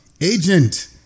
Agent